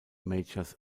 majors